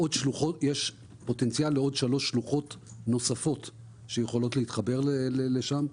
יש פוטנציאל לעוד שלוש שלוחות נוספות שיכולות להתחבר לשם.